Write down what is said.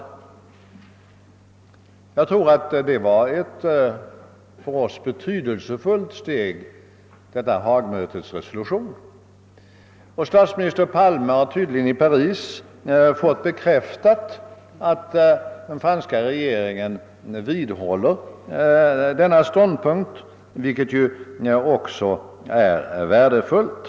Detta Haagmötes resolution utgör ett för oss betydelsefullt steg. Statsminister Palme har tydligen i Paris fått bekräftat att den franska regeringen vidhåller den däri intagna ståndpunkten, vilket också är värdefullt.